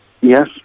Yes